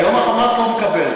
היום ה"חמאס" לא מקבל.